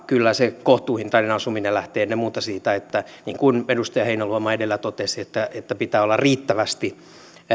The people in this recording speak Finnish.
kyllä se kohtuuhintainen asuminen lähtee ennen muuta siitä niin kuin edustaja heinäluoma edellä totesi että että pitää olla riittävästi